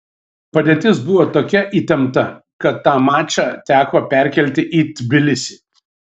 padėtis buvo tokia įtempta kad tą mačą teko perkelti į tbilisį